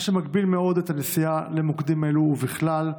מה שמגביל מאוד את הנסיעה למוקדים אלו ובכלל.